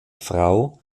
frau